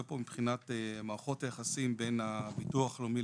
פה מבחינת מערכות היחסים בין הביטוח לאומי,